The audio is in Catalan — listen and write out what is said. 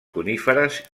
coníferes